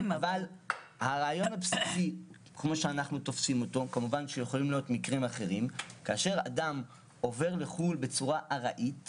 הרעיון הבסיס שאנחנו תופסים הוא כשאדם עובר לחו"ל באופן ארעי,